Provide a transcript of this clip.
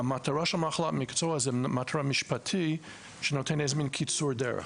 המטרה של מחלת מקצוע זה מטרה משפטית שנותן קיצור דרך.